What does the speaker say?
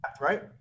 right